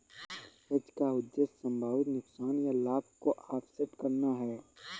hedge का उद्देश्य संभावित नुकसान या लाभ को ऑफसेट करना है